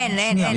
אין.